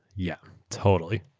yeah, totally.